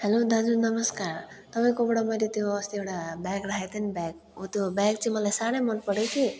hello दाजु नमस्कार तपाईँकोबाट मैले त्यो अस्ति एउटा ब्याग राखेको थिएँ नि ब्याग हो त्यो ब्याग चाहिँ मलाई साह्रै मन पऱ्यो कि